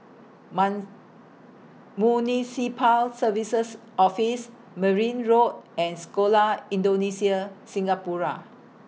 Mount Municipal Services Office Merryn Road and Sekolah Indonesia Singapura